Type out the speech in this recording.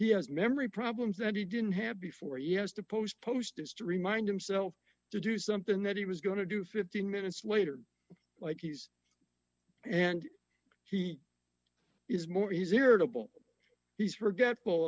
he has memory problems that he didn't have before he has to post posters to remind himself to do something that he was going to do fifteen minutes later like he's and he is more he's irritable he's forgetful